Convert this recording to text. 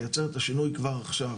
לייצר את השינוי כבר עכשיו.